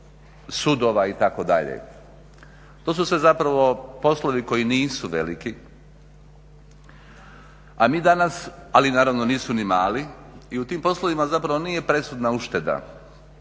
sudova, itd. To su sve zapravo poslovi koji nisu veliki, a mi danas, ali naravno nisu ni mali i u tim poslovima zapravo nije presudna ušteda,